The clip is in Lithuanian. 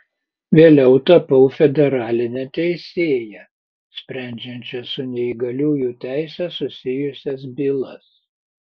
vėliau tapau federaline teisėja sprendžiančia su neįgaliųjų teise susijusias bylas